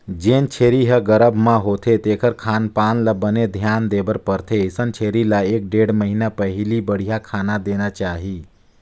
जेन छेरी ह गरभ म होथे तेखर खान पान ल बने धियान देबर परथे, अइसन छेरी ल एक ढ़ेड़ महिना पहिली बड़िहा खाना देना चाही